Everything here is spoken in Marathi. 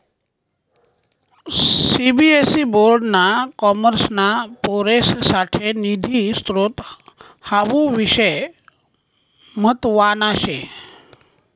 सीबीएसई बोर्ड ना कॉमर्सना पोरेससाठे निधी स्त्रोत हावू विषय म्हतवाना शे